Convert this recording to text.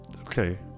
Okay